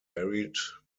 varied